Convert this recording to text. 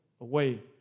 away